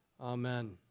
Amen